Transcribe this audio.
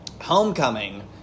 Homecoming